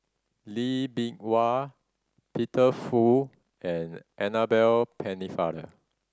Lee Bee Wah Peter Fu and Annabel Pennefather